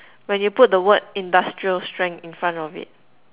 when you put the word industrial strength in front of it